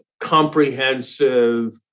comprehensive